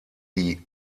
die